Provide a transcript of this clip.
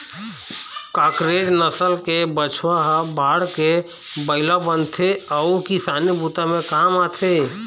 कांकरेज नसल के बछवा ह बाढ़के बइला बनथे अउ किसानी बूता म काम आथे